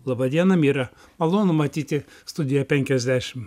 laba diena mira malonu matyti studijoje penkiasdešim